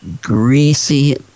greasy